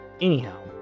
Anyhow